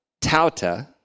Tauta